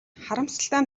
харамсалтай